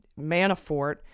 Manafort